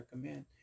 recommend